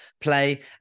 play